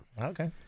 Okay